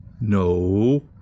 No